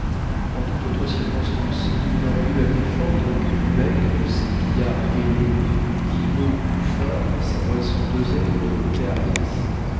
en toute autre circonstance il n'aurait eu à défendre que du bec de ces pillards ailés guillemots ou puffins sa moisson d'oseille et de